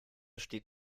steht